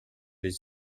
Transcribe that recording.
les